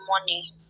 money